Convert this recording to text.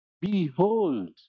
Behold